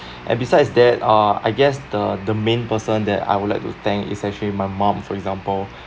and besides that uh I guess the the main person that I would like to thank is actually my mom for example